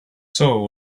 soul